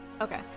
Okay